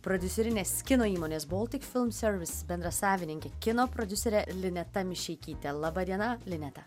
prodiuserinės kino įmonės boltikfilmservis bendrasavininke kino prodiusere lineta mišeikyte laba diena lineta